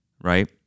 right